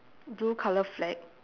blue colour flag